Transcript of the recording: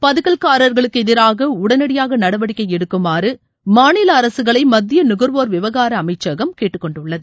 பதுக்கல்காரர்களுக்கு எதிராக உடனடியாக நடவடிக்கை எடுக்குமாறு மாநில அரசுகளை மத்திய நுகர்வோர் விவகார அமைச்சகம் கேட்டுக்கொண்டுள்ளது